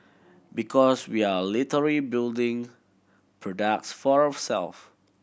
because we are literally building products for ourself